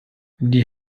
die